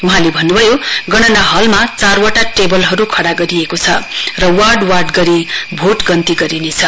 वहाँले भन्नभयो गणना हलमा चारवटा टेबलहरू खडा गरिएको छ र वार्ड वार्ड गरी भोट गन्ती गरिनेछ